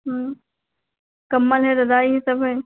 हाँ कम्बल है रज़ाई है सब है